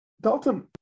dalton